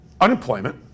unemployment